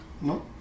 No